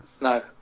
No